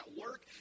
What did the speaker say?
work